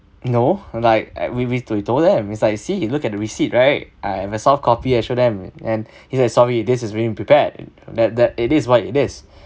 no like e~ we we we told them it's like see he looked at the receipt right I have a soft copy I showed them and he's like sorry this is really unprepared that that it is what it is